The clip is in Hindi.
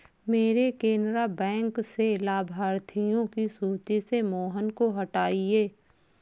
मेरे केनरा बैंक से लाभार्थियों की सूची से मोहन को हटाइए